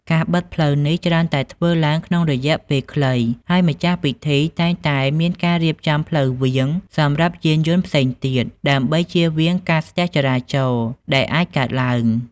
ការបិទផ្លូវនេះច្រើនតែធ្វើឡើងក្នុងរយៈពេលខ្លី ហើយម្ចាស់ពិធីតែងតែមានការរៀបចំ ផ្លូវវាង សម្រាប់យានយន្តផ្សេងទៀតដើម្បីជៀសវាងការស្ទះចរាចរណ៍ដែលអាចកើតឡើង។